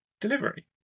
delivery